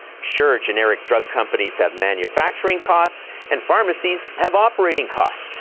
sure, generic drug companies have manufacturing costs, and pharmacies have operating costs.